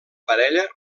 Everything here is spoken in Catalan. parella